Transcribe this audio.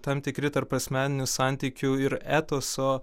tam tikri tarpasmeninių santykių ir etoso